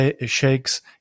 shakes